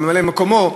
או ממלא-מקומו,